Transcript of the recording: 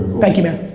thank you man,